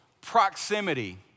proximity